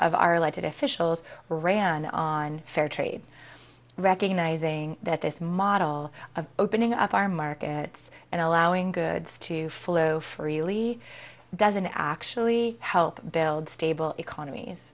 of our legit officials ran on fair trade recognizing that this model of opening up our markets and allowing goods to flow freely doesn't actually help build state economies